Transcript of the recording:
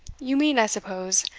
you mean, i suppose,